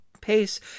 pace